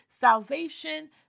salvation